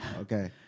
Okay